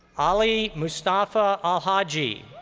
ali mustafa al-haji.